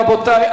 רבותי,